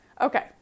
okay